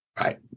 Right